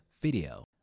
video